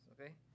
Okay